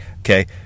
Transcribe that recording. okay